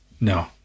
No